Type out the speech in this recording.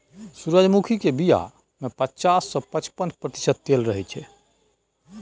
सूरजमुखी केर बीया मे पचास सँ पचपन प्रतिशत तेल रहय छै